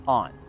on